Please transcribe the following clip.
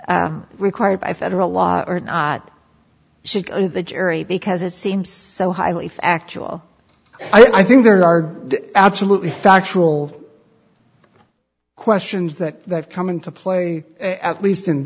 required by federal law or not should the jury because it seems so highly factual i think there are absolutely factual questions that come into play at least in